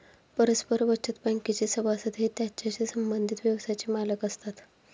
परस्पर बचत बँकेचे सभासद हे त्याच्याशी संबंधित व्यवसायाचे मालक असतात